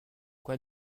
quoi